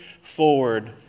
forward